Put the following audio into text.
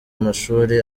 amashuri